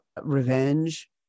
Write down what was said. Revenge